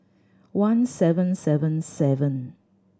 one seven seven seven